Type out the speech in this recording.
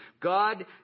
God